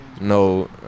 no